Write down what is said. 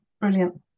brilliant